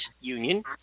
Union